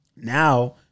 Now